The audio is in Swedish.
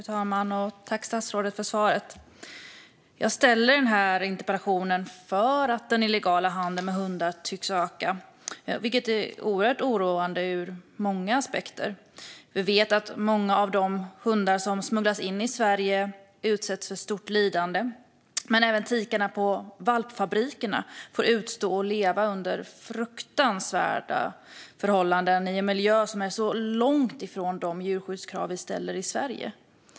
Fru talman! Jag tackar statsrådet för svaret. Jag ställde den här interpellationen för att den illegala handeln med hundar tycks öka, vilket är oroande ur många aspekter. Vi vet att många av de hundar som smugglas in i Sverige utsätts för stort lidande och att även tikarna i valpfabrikerna lever under fruktansvärda förhållanden i en miljö som är långt från de djurskyddskrav vi ställer i Sverige.